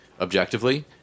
objectively